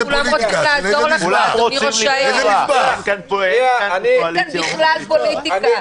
אין כאן בכלל פוליטיקה,